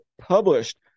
published